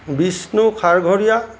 Bishnu Kharghoria